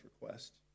request